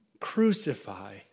Crucify